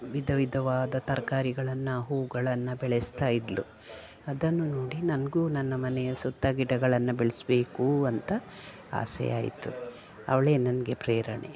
ವಿಧ ವಿಧವಾದ ತರಕಾರಿಗಳನ್ನ ಹೂಗಳನ್ನು ಬೆಳೆಸ್ತಾ ಇದ್ಳು ಅದನ್ನು ನೋಡಿ ನನಗೂ ನನ್ನ ಮನೆಯ ಸುತ್ತ ಗಿಡಗಳನ್ನು ಬೆಳೆಸಬೇಕು ಅಂತ ಆಸೆ ಆಯಿತು ಅವಳೇ ನನಗೆ ಪ್ರೇರಣೆ